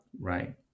Right